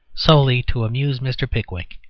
solely to amuse mr. pickwick.